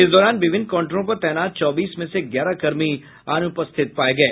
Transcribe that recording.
इस दौरान विभिन्न काउंटरों पर तैनात चौबीस में से ग्यारह कर्मी अनुपस्थित पाये गये